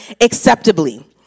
acceptably